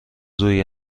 روی